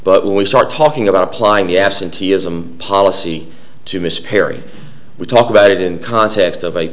but when we start talking about applying the absenteeism policy to mr perry we talk about it in context of